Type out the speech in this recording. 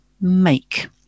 make